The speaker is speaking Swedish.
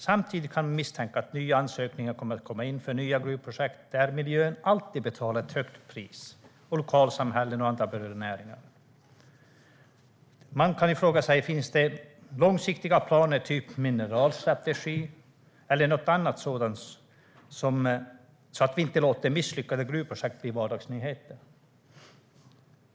Samtidigt kan man misstänka att nya ansökningar kommer att komma in för nya gruvprojekt där miljön, lokalsamhällen och andra berörda näringar alltid betalar ett högt pris. Finns det långsiktiga planer i form av till exempel en mineralstrategi så att inte misslyckade gruvprojekt blir vardagsnyheter?